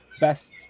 best